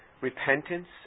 repentance